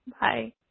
Bye